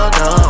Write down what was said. no